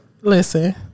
listen